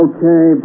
Okay